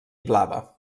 blava